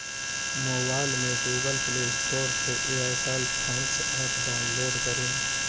mobile में Google play store से Airtel thanks app download करें